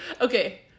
okay